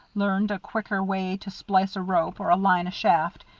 learned a quicker way to splice a rope or align a shaft,